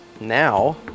now